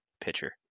pitcher